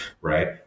Right